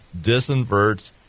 disinverts